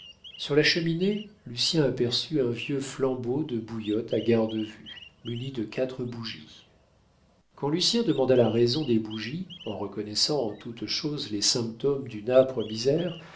sur la cheminée lucien aperçut un vieux flambeau de bouillotte à garde-vue muni de quatre bougies quand lucien demanda la raison des bougies en reconnaissant en toutes choses les symptômes d'une âpre misère